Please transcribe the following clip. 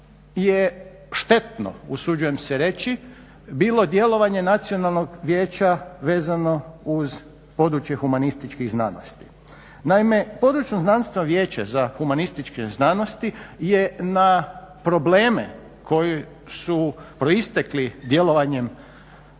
je štetno usuđujem se reći bilo djelovanje Nacionalnog vijeća vezano uz područje humanističkih znanosti. Naime, područno znanstveno vijeće za humanističke znanosti je na probleme koji su proistekli djelovanjem